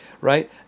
right